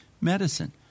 medicine